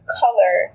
color